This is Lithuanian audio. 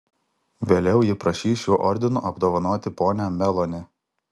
vėliau ji prašys šiuo ordinu apdovanoti ponią meloni